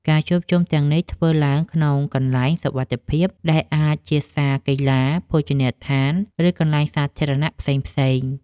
ការជួបជុំទាំងនេះធ្វើឡើងក្នុងកន្លែងសុវត្ថិភាព ដែលអាចជាសាលកីឡា ភោជនីយដ្ឋាន ឬកន្លែងសាធារណៈផ្សេងៗ។